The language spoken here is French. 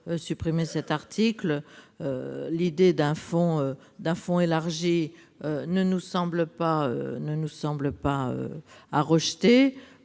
L'idée d'un fonds élargi ne nous semble pas devoir